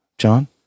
john